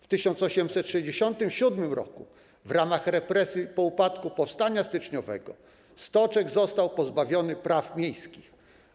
W 1867 r. w ramach represji po upadku powstania styczniowego Stoczek został pozbawiony praw miejskich.